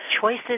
Choices